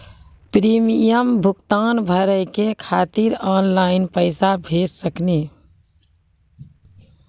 Premium भुगतान भरे के खातिर ऑनलाइन पैसा भेज सकनी?